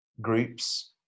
groups